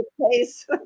place